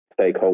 stakeholders